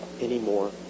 anymore